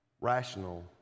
Rational